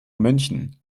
münchen